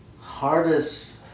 hardest